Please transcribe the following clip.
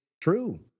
true